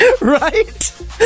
right